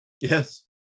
Yes